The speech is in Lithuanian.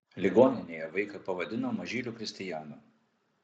ligoninėje vaiką pavadino mažyliu kristijanu